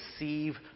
receive